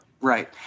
Right